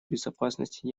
безопасности